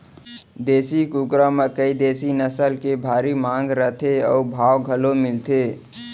देसी कुकरा म कइ देसी नसल के भारी मांग रथे अउ भाव घलौ मिलथे